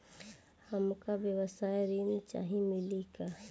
हमका व्यवसाय ऋण चाही मिली का?